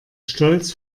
stolz